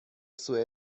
سوء